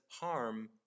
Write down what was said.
harm